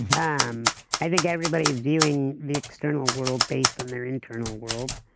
um i think everybody is viewing the external world based on their internal world.